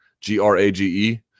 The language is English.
g-r-a-g-e